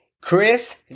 Chris